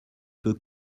peux